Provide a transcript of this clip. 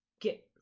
get